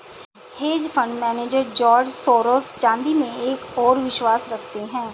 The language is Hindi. hedge fund manager George Soros चांदी में एक और विश्वास रखते हैं